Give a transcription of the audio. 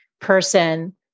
person